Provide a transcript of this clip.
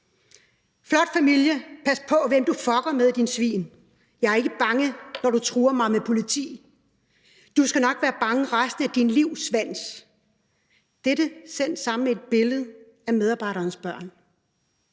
Flot familie. Pas på, hvem du fucker med, dit svin. Jeg er ikke bange, når du truer mig med politi. Du skal nok være bange resten af dit liv, svans. Dette er sendt sammen med et billede af medarbejderens børn.